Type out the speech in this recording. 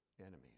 enemies